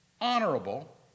honorable